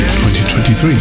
2023